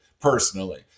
personally